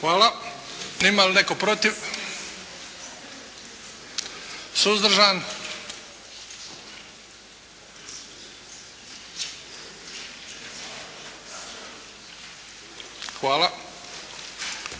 Hvala. Ima li netko protiv? Suzdržan? Hvala.